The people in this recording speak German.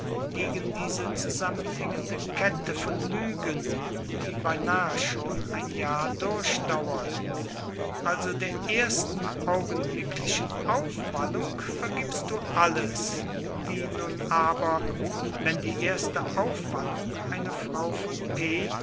gegen diese zusammenhängende kette von lügen die beinahe schon ein jahr durchdauert also der ersten augenblicklichen aufwallung vergibst du alles wie nun aber wenn die erste aufwallung einer frau von p